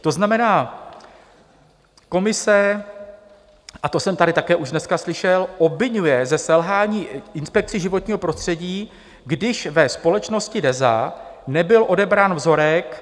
To znamená, komise a to jsem tady také už dneska slyšel obviňuje ze selhání Inspekci životního prostředí, když ve společnosti DEZA nebyl odebrán vzorek.